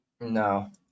No